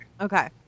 Okay